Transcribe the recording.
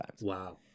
Wow